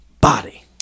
body